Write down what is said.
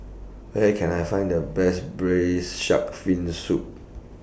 Where Can I Find The Best Braised Shark Fin Soup